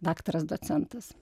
daktaras docentas